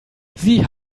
sie